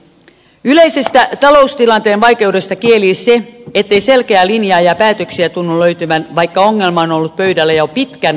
yleisestä taloustilanteen vaikeudesta kielii se ettei selkeää linjaa ja päätöksiä tunnu löytyvän vaikka ongelma on ollut pöydällä jo pitkän aikaa